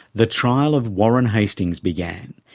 the trial of warren hastings began.